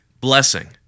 blessing